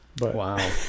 Wow